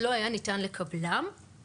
שלא לצורך ומשנת 2015 המשטרה לא אספה נתונים בנושא,